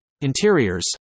interiors